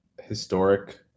historic